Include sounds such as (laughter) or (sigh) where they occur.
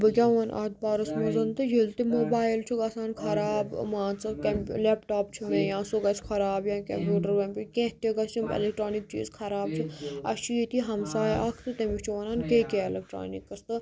بہٕ کیٛاہ وَنہٕ اَتھ بارَس منٛز تہٕ ییٚلہِ تہِ موبایِل چھُ گژھان خراب ٲں مان ژٕ کیٚم لیپ ٹاپ چھُ مےٚ یا سُہ گژھہِ خراب یا کمپیٚوٹَر (unintelligible) کیٚنٛہہ تہِ گژھہِ یِم ایٚلیکٹرٛانِک چیٖز خراب تہٕ اسہِ چھُ ییٚتی ہَمساے اَکھ تہٕ تٔمِس چھِ وَنان کے کے ایٚلیکٹرٛانِکٕس تہٕ